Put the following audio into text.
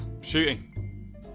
Shooting